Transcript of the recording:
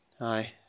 Aye